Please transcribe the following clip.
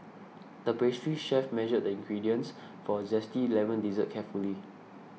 the pastry chef measured the ingredients for a Zesty Lemon Dessert carefully